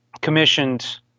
commissioned